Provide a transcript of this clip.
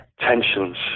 tensions